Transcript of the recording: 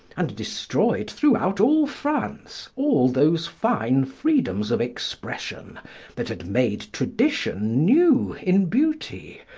and destroyed throughout all france all those fine freedoms of expression that had made tradition new in beauty,